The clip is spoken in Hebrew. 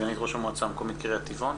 סגנית ראש המועצה המקומית קריית טבעון,